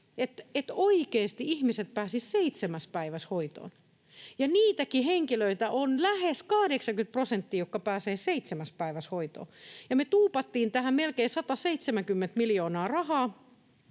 että oikeasti ihmiset pääsisivät seitsemässä päivässä hoitoon. Niitäkin henkilöitä on lähes 80 prosenttia, jotka pääsevät seitsemässä päivässä hoitoon. Ja me tuupattiin tähän melkein 170 miljoonaa rahaa